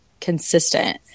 consistent